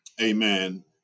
amen